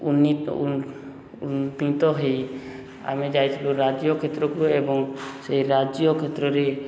ଉନ ଉତ୍ତୀର୍ଣ୍ଣ ହେଇ ଆମେ ଯାଇଥିଲୁ ରାଜ୍ୟ କ୍ଷେତ୍ରକୁ ଏବଂ ସେଇ ରାଜ୍ୟ କ୍ଷେତ୍ରରେ